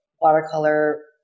watercolor